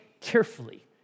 carefully